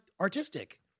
artistic